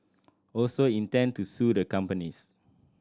also intend to sue the companies